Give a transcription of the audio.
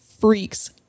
freaks